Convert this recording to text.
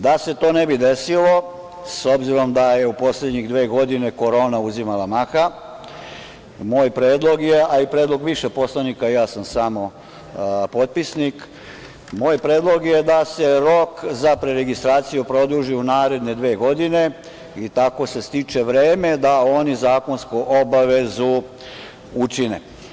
Da se to ne bi desilo, s obzirom da je u poslednje dve godine korona uzimala maha, moj predlog je, a i predlog više poslanika, ja sam samo potpisnik, moj predlog je da se rok za preregistraciju produži u naredne dve godine i tako se stiče vreme da oni zakonsku obavezu učine.